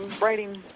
writing